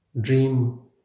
dream